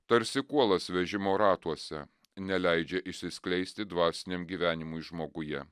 tarsi kuolas vežimo ratuose neleidžia išsiskleisti dvasiniam gyvenimui žmoguje